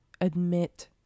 admit